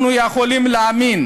אנחנו יכולים להאמין